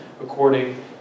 according